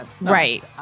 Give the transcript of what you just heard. Right